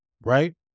Right